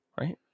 Right